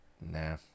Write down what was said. Nah